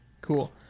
Cool